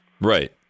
Right